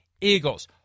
Eagles